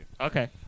Okay